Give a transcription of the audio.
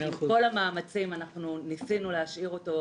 עם כל המאמצים ניסינו להשאיר אותו,